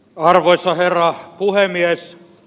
arvoisa herra puhemies